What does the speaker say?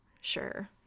sure